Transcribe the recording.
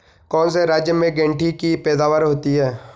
कौन से राज्य में गेंठी की पैदावार होती है?